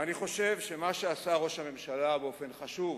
אני חושב שמה שעשה ראש הממשלה, באופן חשוב,